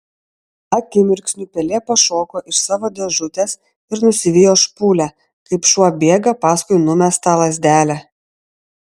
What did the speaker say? akimirksniu pelė pašoko iš savo dėžutės ir nusivijo špūlę kaip šuo bėga paskui numestą lazdelę